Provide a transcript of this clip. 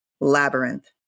labyrinth